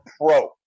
pro